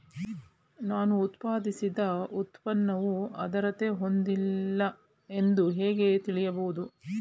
ನಾನು ಉತ್ಪಾದಿಸಿದ ಉತ್ಪನ್ನವು ಆದ್ರತೆ ಹೊಂದಿಲ್ಲ ಎಂದು ಹೇಗೆ ತಿಳಿಯಬಹುದು?